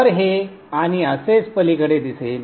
तर हे आणि असेच पलीकडे दिसेल